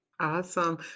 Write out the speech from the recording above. Awesome